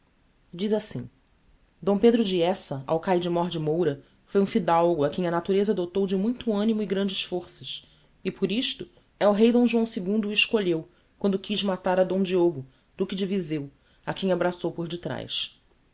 diz assim d pedro de eça alcaide mór de moura foi um fidalgo a quem a natureza dotou de muito animo e grandes forças e por isto el-rei d joão ii o escolheu quando quiz matar a d diogo duque de vizeu a quem abraçou por detraz